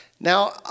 Now